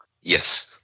Yes